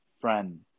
friend